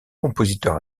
compositeur